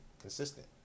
consistent